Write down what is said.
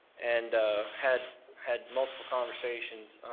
and had had multiple conversations